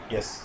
Yes